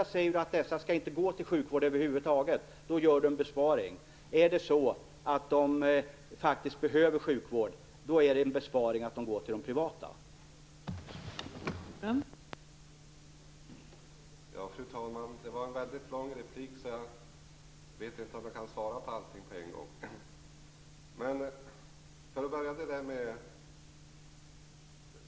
Om det är så att dessa personer inte behöver gå till sjukvården över huvud taget, blir det en besparing. Om de faktiskt behöver sjukvård, är det en besparing att de går till privatläkare.